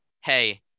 hey